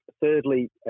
Thirdly